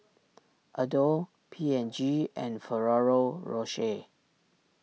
Adore P and G and Ferrero Rocher